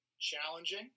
Challenging